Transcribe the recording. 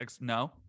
No